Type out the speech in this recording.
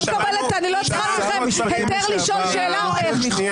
אני לא צריכה מכם היתר לשאול שאלה או איך.